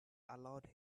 allowed